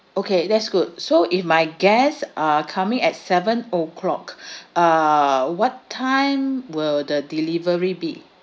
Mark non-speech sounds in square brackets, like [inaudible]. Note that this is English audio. okay that's good so if my guests are coming at seven o'clock [breath] uh what time will the delivery be